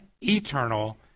eternal